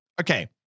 okay